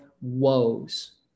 woes